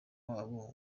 wabo